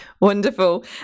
Wonderful